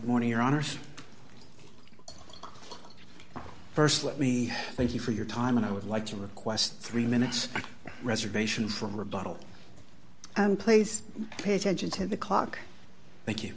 morning your honor so first let me thank you for your time and i would like to request three minutes reservation for rebuttal and place pay attention to the clock thank you